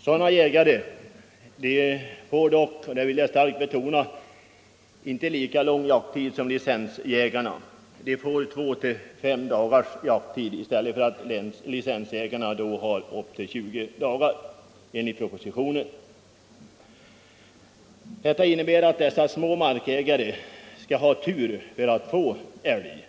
Sådana jägare får dock, det vill jag starkt betona, inte lika lång jakttid som licensjägarna. De får en jakttid på 2-5 dagar i stället för att licensjägarna har upp till 20 dagar enligt propositionen. Detta innebär att dessa små markägare skall ha tur för att få älg.